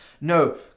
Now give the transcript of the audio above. No